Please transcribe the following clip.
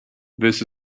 this